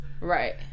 Right